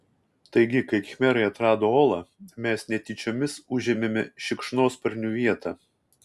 taigi kai khmerai atrado olą mes netyčiomis užėmėme šikšnosparnių vietą